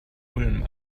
ulm